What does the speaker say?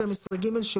התשפ"ב-52021 (בפרק זה - חוק התוכנית הכלכלית) - (1)